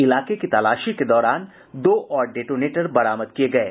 इलाके की तलाशी के दौरान दो और डेटोनेटर बरामद किये गये